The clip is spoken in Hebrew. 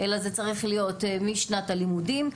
אלא משנת הלימודים,